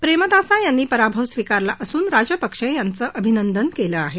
प्रेमदासा यांनी पराभव स्वीकारला असून राजपक्षे यांचं अभिनंदन केलं आहे